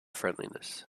friendliness